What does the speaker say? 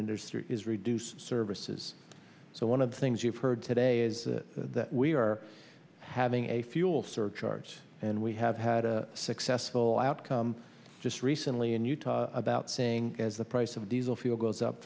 industry is reduced services so one of the things you've heard today is that we're having a fuel surcharge and we have had a successful outcome just recently in utah about saying as the price of diesel fuel goes up